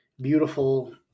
beautiful